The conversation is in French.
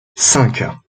cinq